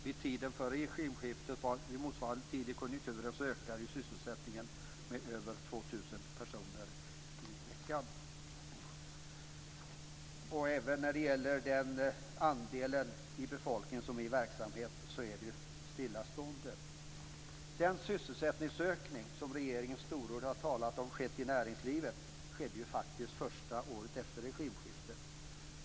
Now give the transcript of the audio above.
Vid tiden för regimskiftet vid motsvarande tid och motsvarande konjunkturläge ökade sysselsättningen med över 2 000 personer i veckan. Men andelen av befolkningen i verksamhet är ju stillastående. Den sysselsättningsökning som regeringen storordigt har talat om och som har skett i näringslivet inträffade under det första året efter regimskiftet.